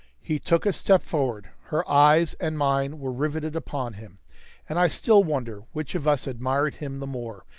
he took a step forward her eyes and mine were riveted upon him and i still wonder which of us admired him the more,